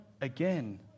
again